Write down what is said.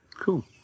cool